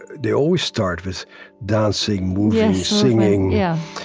they always start with dancing, moving, singing, yeah.